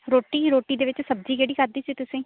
ਰੋਟੀ ਰੋਟੀ ਦੇ ਵਿੱਚ ਸਬਜ਼ੀ ਕਿਹੜੀ ਖਾਧੀ ਸੀ ਤੁਸੀਂ